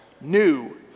New